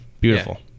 Beautiful